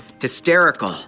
hysterical